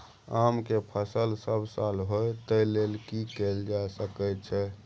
आम के फसल सब साल होय तै लेल की कैल जा सकै छै?